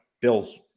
bills